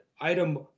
item